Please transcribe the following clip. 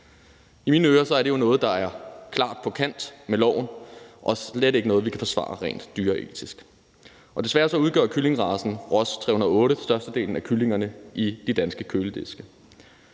I mine ører er det jo noget, som klart er på kant med loven, og slet ikke noget, som vi kan forsvare rent dyreetisk. Desværre udgør kyllingeracen Ross 308 størstedelen af kyllingerne i de danske kølediske.